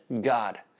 God